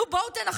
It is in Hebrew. נו, בואו תנחשו.